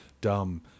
dumb